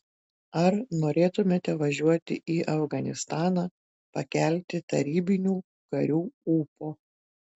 ar norėtumėte važiuoti į afganistaną pakelti tarybinių karių ūpo